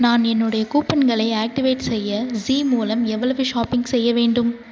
நான் என்னுடைய கூப்பன்களை ஆக்டிவேட் செய்ய ஜீ மூலம் எவ்வளவு ஷாப்பிங் செய்ய வேண்டும்